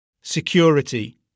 security